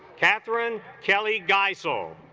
kathryn kelly geisel